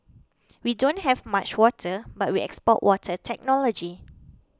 we don't have much water but we export water technology